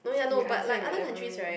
you answer in whatever way